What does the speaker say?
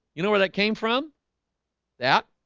you know where that came from that